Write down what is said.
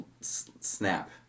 snap